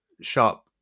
shop